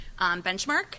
benchmark